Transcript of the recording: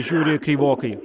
žiūri kreivokai